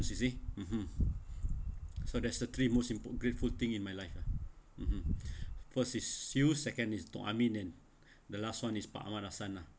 you see mmhmm so that's the three most impo~ grateful thing in my life ah (uh huh) first is you second is tok amin and the last [one] is pak amat hasan lah